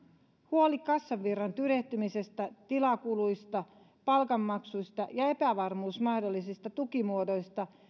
huoli kassavirran tyrehtymisestä tilakuluista ja palkanmaksuista sekä epävarmuus mahdollisista tukimuodoista